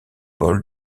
paul